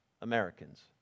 Americans